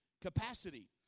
Capacity